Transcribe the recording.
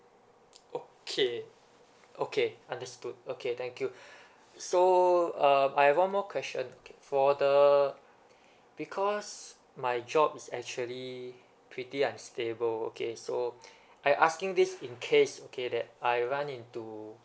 okay okay understood okay thank you so err I have one more question for the because my job is actually pretty unstable okay so I asking this in case okay that I run into